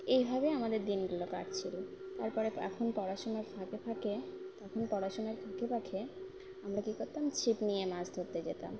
এইভাবে আমাদের দিনগুলো কাটছিলো তারপরে এখন পড়াশোনার ফাঁকে ফাঁকে তখন পড়াশোনায় ফাঁকে ফাঁকে আমরা কী করতাম ছিপ নিয়ে মাছ ধরতে যেতাম